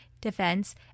defense